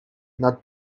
not